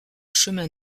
chemin